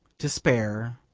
despair,